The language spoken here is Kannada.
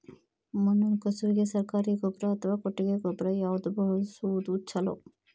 ಮಣ್ಣಿನ ಕಸುವಿಗೆ ಸರಕಾರಿ ಗೊಬ್ಬರ ಅಥವಾ ಕೊಟ್ಟಿಗೆ ಗೊಬ್ಬರ ಯಾವ್ದು ಬಳಸುವುದು ಛಲೋ?